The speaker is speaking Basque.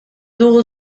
dugu